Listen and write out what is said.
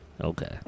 okay